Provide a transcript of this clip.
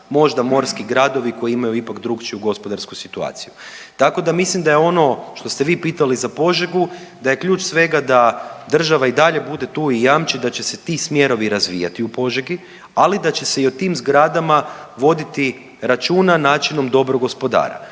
Možda morski gradovi koji imaju ipak drugačiju gospodarsku situaciju. Tako da mislim da je ono što ste vi pitali za Požegu da je ključ svega da država i dalje bude tu i jamči da će se ti smjerovi razvijati u Požegi, ali da će i o tim zgradama voditi računa načinom dobrog gospodara,